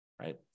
right